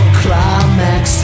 climax